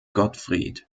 gottfried